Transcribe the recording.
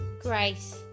Grace